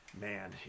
man